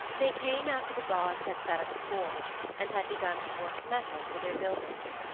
they came after the gods had set up a forge and had begun to work metal for their buildings.